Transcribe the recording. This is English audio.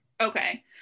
Okay